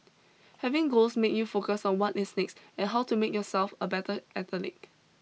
having goals makes you focus on what is next and how to make yourself a better athlete